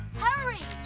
hurry!